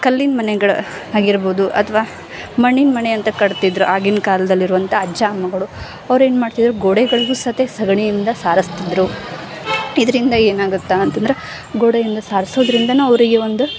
ಕಲ್ಲಿನ ಮನೆಗಳು ಆಗಿರ್ಬೋದು ಅಥ್ವಾ ಮಣ್ಣಿನ ಮನೆ ಅಂತ ಕಟ್ತಿದ್ದರು ಆಗಿನ ಕಾಲ್ದಲ್ಲಿರುವಂಥ ಅಜ್ಜ ಅಮ್ಮಗಳು ಅವ್ರೇನು ಮಾಡ್ತಿದ್ದರು ಗೋಡೆಗಳಿಗೂ ಸತೆ ಸಗಣಿಯಿಂದ ಸಾರಸ್ತಿದ್ದರು ಇದರಿಂದ ಏನಾಗುತ್ತೆ ಅಂತಂದ್ರೆ ಗೋಡೆಯಿಂದ ಸಾರ್ಸೋದರಿಂದನೂ ಅವರಿಗೆ ಒಂದು